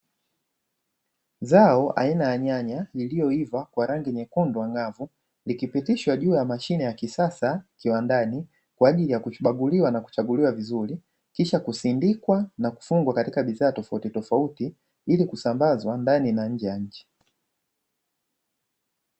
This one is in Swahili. Zao aina ya nyanya lililoiva kwa rangi nyekundu angavu, likipitishwa juu ya mashine ya kisasa kiwandani kwa ajili ya kukaguliwa na kuchaguliwa vizuri, kisha kusindikwa na kufungwa katika bidhaa tofautitofauti; ili kusambazwa ndani na nje ya nchi.